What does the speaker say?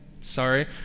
sorry